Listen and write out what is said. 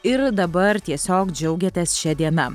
ir dabar tiesiog džiaugiatės šia diena